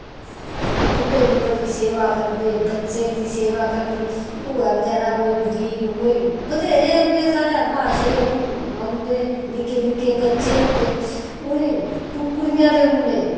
बुड्डे दी बड़ी सेवा करदे बच्चें दी सेवा करनी होए कोई बचैरा गरीब कोई बत्हेरे औंदे साढ़ै महाशे औंदे निक्के निक्के बच्चे उन्दे उ'नेंई कुकड़ियां देई ओड़ने